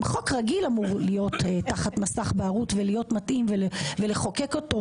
אם חוק רגיל אמור להיות תחת מסך בערות ולהיות מתאים ולחוקק אותו,